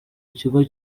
ikigo